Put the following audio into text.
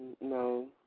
no